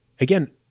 again –